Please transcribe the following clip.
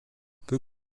peu